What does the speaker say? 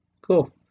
Cool